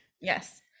Yes